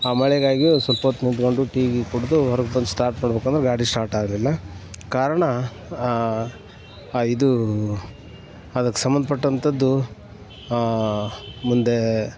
ಆ ಮಳೆಗಾಗಿಯೂ ಸ್ವಲ್ಪ ಹೊತ್ತು ನಿತ್ಕೊಂಡು ಟೀ ಗೀ ಕುಡಿದು ಹೊರ್ಗೆ ಬಂದು ಸ್ಟಾರ್ಟ್ ಮಾಡಬೇಕಂದ್ರೆ ಗಾಡಿ ಸ್ಟಾರ್ಟ್ ಆಗಲಿಲ್ಲ ಕಾರಣ ಇದು ಅದಕ್ಕೆ ಸಂಬಂಧಪಟ್ಟಂತದ್ದು ಮುಂದೆ